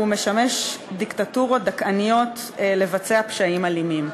הוא משמש דיקטטורות דכאניות לביצוע פשעים אלימים.